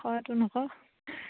হয়তোন আকৌ